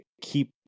keep